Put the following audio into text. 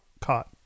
caught